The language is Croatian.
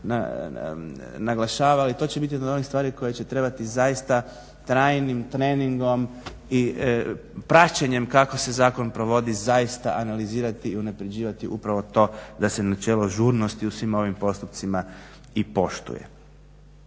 naglašavali, to će biti od onih stvari koje će trebati zaista trajnim treningom i praćenjem kako se zakon provodi zaista analizirati i unapređivati upravo to da se načelo žurnosti u svim ovim postupcima i poštuje.